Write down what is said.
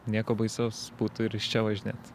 nieko baisaus būtų ir iš čia važinėt